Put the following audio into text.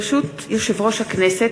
ברשות יושב-ראש הכנסת,